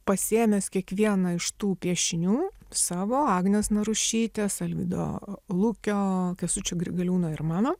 pasiėmęs kiekvieną iš tų piešinių savo agnės narušytės alvydo lukio kęstučio grigaliūno ir mano